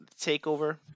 takeover